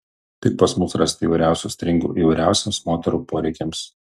tik pas mus rasite įvairiausių stringų įvairiausiems moterų poreikiams